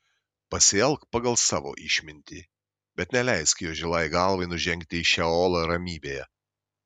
pasielk pagal savo išmintį bet neleisk jo žilai galvai nužengti į šeolą ramybėje